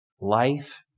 Life